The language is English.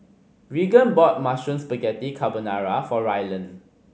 Reagan bought Mushroom Spaghetti Carbonara for Rylan